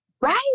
right